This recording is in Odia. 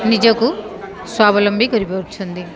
ନିଜକୁ ସ୍ୱାବଲମ୍ବୀ କରିପାରୁଛନ୍ତି